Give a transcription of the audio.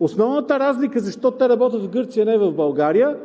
Основната разлика защо те работят в Гърция, а не в България,